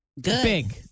big